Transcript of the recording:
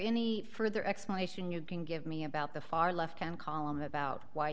the further explanation you can give me about the far left hand column about why